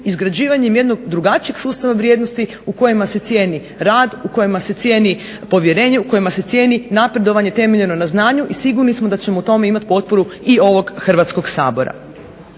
izgrađivanjem jednog drugačijeg sustava vrijednosti u kojima se cijeni rad, u kojima se cijeni povjerenje, u kojima se cijeni napredovanje temeljeno na znanju i sigurni smo da ćemo u tome imati potporu i ovog Hrvatskog sabora.